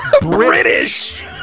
British